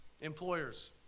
Employers